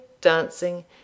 dancing